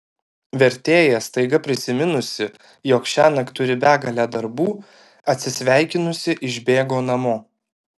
vertėja staiga prisiminusi jog šiąnakt turi begalę darbų atsisveikinusi išbėgo namo